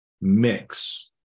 mix